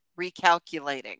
recalculating